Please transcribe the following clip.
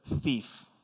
thief